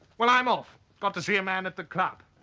well i'm off. got to see a man at the club